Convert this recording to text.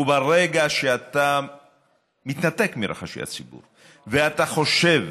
וברגע שאתה מתנתק מרחשי הציבור ואתה חושב